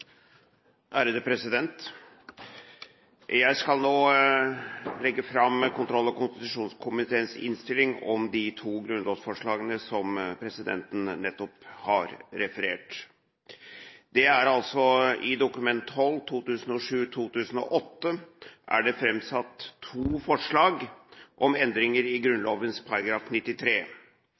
anses vedtatt. Jeg skal nå legge fram kontroll- og konstitusjonskomiteens innstilling om de to grunnlovsforslagene som presidenten nettopp har referert til. I Dokument nr. 12:1 for 2007–2008 er det framsatt to forslag om endringer av Grunnloven § 93. I